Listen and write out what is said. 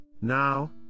Now